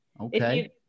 Okay